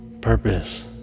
purpose